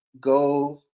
go –